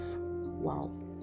Wow